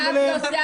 הנה, אבי עושה עליכם